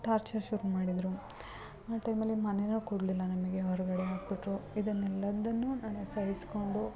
torture ಶುರು ಮಾಡಿದರು ಆ ಟೈಮಲ್ಲಿ ಮನೇನೂ ಕೊಡಲಿಲ್ಲ ನಮಗೆ ಹೊರಗಡೆ ಹಾಕ್ಬಿಟ್ರು ಇದನ್ನು ಎಲ್ಲವನ್ನು ನಾನು ಸಹಿಸಿಕೊಂಡು